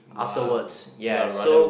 afterwards yes so